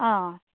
অঁ